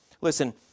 Listen